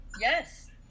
yes